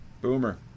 Boomer